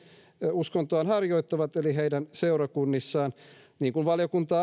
uskontoaan harjoittavat eli heidän seurakunnissaan niin kuin valiokunta